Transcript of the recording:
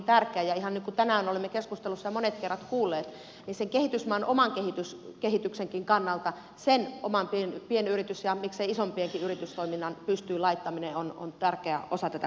ihan niin kuin tänään olemme keskustelussa monet kerrat kuulleet sen kehitysmaan oman kehityksenkin kannalta sen oman pienyritys ja miksei isommankin yritystoiminnan pystyyn laittaminen on tärkeä osa tätä kokonaisuutta